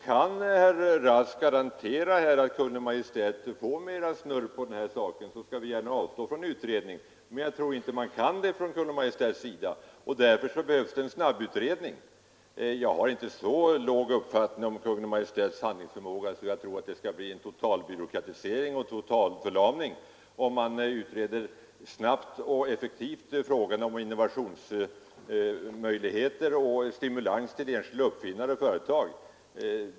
Kan herr Rask garantera att Kungl. Maj:t får bättre snurr på de här sakerna skall vi gärna avstå från en utredning. Men jag tror inte att Kungl. Maj:t kan det. Därför behövs det en snabbutredning. Jag har inte så låga tankar om Kungl. Maj:ts handlingsförmåga att jag tror att det uppstår en totalbyråkratisering och totalförlamning om man snabbt och effektivt utreder vad som kan göras för att öka innovationsverksamheten och ge stimulans till enskilda uppfinnare och företag.